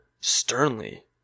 sternly